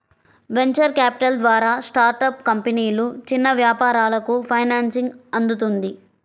venture capital ద్వారా startup కంపెనీలు, చిన్న వ్యాపారాలకు ఫైనాన్సింగ్ అందుతుంది